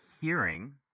hearing